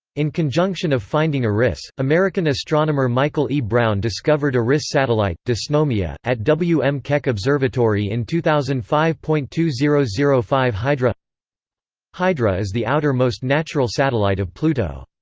in conjunction of finding eris, american astronomer michael e. brown discovered eris' satellite, dysnomia, at w. m. keck observatory in two thousand and five point two zero zero five hydra hydra is the outer-most natural satellite of pluto.